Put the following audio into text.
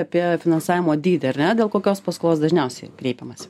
apie finansavimo dydį ar ne dėl kokios paskolos dažniausiai kreipiamasi